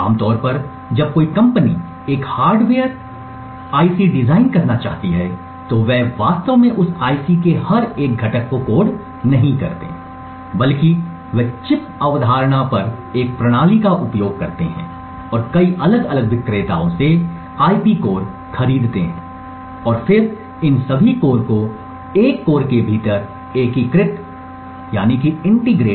आमतौर पर जब कोई कंपनी एक हार्डवेयर आईसी डिजाइन करना चाहती है तो वे वास्तव में उस आईसी के हर एक घटक को कोड नहीं करते हैं बल्कि वे चिप अवधारणा पर एक प्रणाली का उपयोग करेंगे और कई अलग अलग विक्रेताओं से आईपी कोर खरीदेंगे और फिर इन सभी कोर को एक कोर के भीतर एकीकृत करेंगे